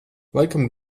laikam